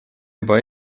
juba